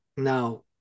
Now